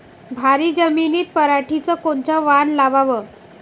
भारी जमिनीत पराटीचं कोनचं वान लावाव?